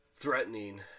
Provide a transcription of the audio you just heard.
threatening